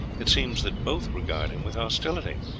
it seems that both regard him with hostility.